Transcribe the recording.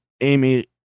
amy